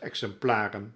exemplaren